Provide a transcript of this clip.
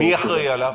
מי אחראי עליו?